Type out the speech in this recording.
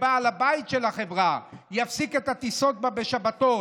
כבעל הבית של החברה יפסיק את הטיסות בה בשבתות.